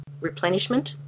replenishment